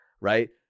Right